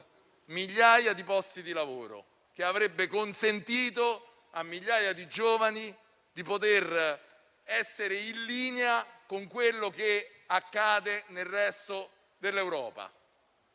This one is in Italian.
migliaia di posti di lavoro e consentito a migliaia di giovani di essere in linea con quanto accade nel resto d'Europa.